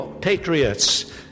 patriots